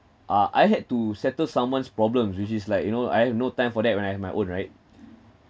uh I had to settle someone's problems which is like you know I have no time for that when I have my own right